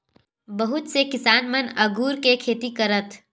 बहुत से किसान मन अगुर के खेती करथ